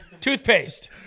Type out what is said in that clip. Toothpaste